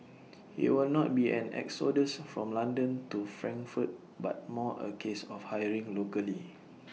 IT will not be an exodus from London to Frankfurt but more A case of hiring locally